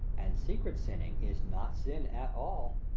and secret sinning is not sin at all.